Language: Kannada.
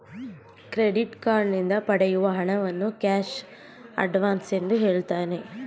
ಕ್ರೆಡಿಟ್ ಕಾರ್ಡ್ ನಿಂದ ಪಡೆಯುವ ಹಣವನ್ನು ಕ್ಯಾಶ್ ಅಡ್ವನ್ಸ್ ಎಂದು ಹೇಳುತ್ತೇವೆ